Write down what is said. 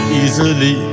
easily